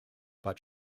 but